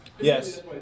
yes